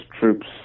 troops